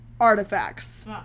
artifacts